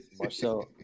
Marcel